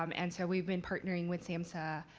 um and so we've been partnering with samhsa,